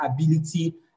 ability